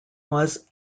was